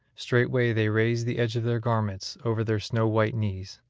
straightway they raised the edge of their garments over their snow-white knees,